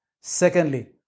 Secondly